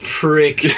prick